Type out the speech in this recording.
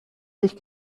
sich